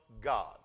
God